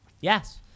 Yes